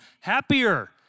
happier